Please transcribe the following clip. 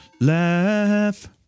laugh